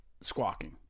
squawking